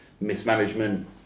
mismanagement